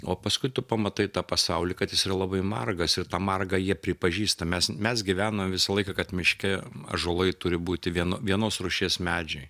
o paskui tu pamatai tą pasaulį kad jis yra labai margas ir tą margą jie pripažįsta mes mes gyvenom visą laiką kad miške ąžuolai turi būti vien vienos rūšies medžiai